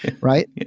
right